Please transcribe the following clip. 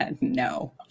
no